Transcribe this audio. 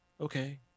okay